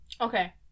Okay